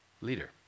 leader